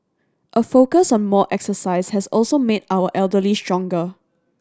a focus on more exercise has also made our elderly stronger